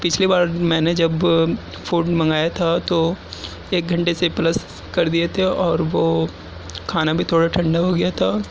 پچھلی بار میں نے جب فوڈ منگایا تھا تو ایک گھنٹے سے پلس کر دیئے تھے اور وہ کھانا بھی تھوڑا ٹھنڈا ہو گیا تھا اور